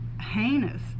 heinous